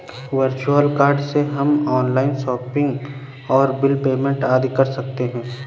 virtual card से हम online shopping और बिल पेमेंट आदि कर सकते है